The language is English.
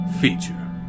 Feature